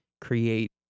create